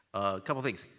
a couple things.